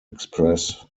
express